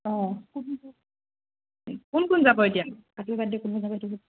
অঁ কোন কোন যাব এতিয়া